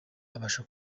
abasha